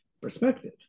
perspective